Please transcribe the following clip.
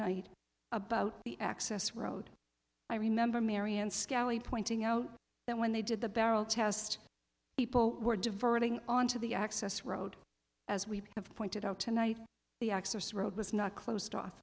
night about the access road i remember marion scally pointing out that when they did the barrel test people were diverting onto the access road as we have pointed out tonight the exercise road was not closed off